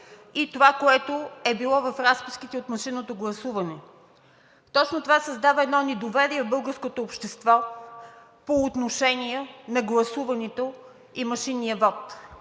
и това, което е било в разписките от машинното гласуване. Точно това създава едно недоверие в българското общество по отношение на гласуването и машинния вот.